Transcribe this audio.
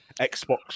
Xbox